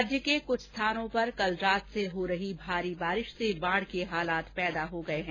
राज्य के कुछ स्थानों पर कल रात से हो रही भारी बारिश से बाढ़ के हालात पैदा हो गये हैं